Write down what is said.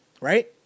right